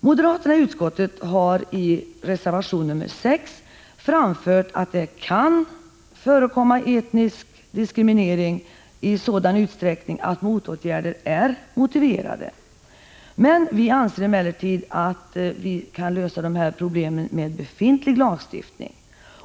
Moderaterna i utskottet har i reservation 6 framfört att det kan förekomma etnisk diskriminering i sådan utsträckning att motåtgärder är motiverade. Vi anser emellertid att vi kan lösa problemen med befintlig lagstiftning.